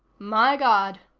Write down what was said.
my god,